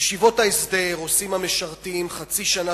בישיבות ההסדר עושים המשרתים חצי שנה